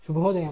శుభోదయం